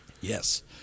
Yes